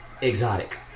exotic